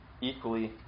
equally